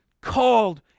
called